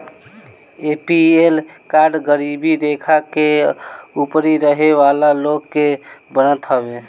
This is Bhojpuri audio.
ए.पी.एल कार्ड गरीबी रेखा के ऊपर रहे वाला लोग के बनत हवे